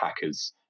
hackers